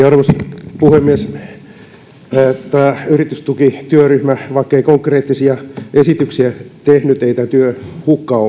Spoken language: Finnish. arvoisa puhemies vaikka tämä yritystukityöryhmä ei konkreettisia esityksiä tehnyt ei tämä työ hukkaan